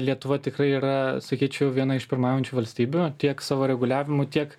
lietuva tikrai yra sakyčiau viena iš pirmaujančių valstybių tiek savo reguliavimu tiek